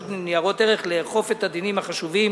לניירות ערך לאכוף את הדינים החשובים